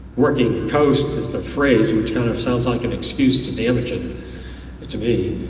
working coast is the phrase which kind of sounds like an excuse to damage it it to me.